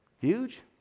Huge